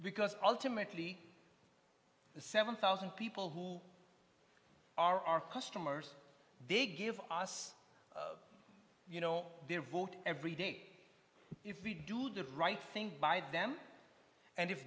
because ultimately the seven thousand people who are our customers they give us you know their vote every date if we do the right thing by them and if